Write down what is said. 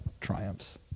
triumphs